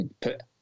put